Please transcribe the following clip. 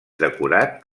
decorat